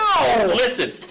listen